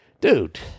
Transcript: dude